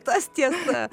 tas tiesa